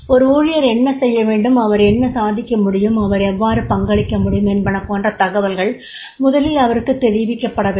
ஒரு ஊழியர் என்ன செய்ய வேண்டும் அவர் என்ன சாதிக்க முடியும் அவர் எவ்வாறு பங்களிக்க முடியும் என்பன போன்ற தகவல்கள் முதலில் அவருக்குத் தெரிவிக்கப்பட வேண்டும்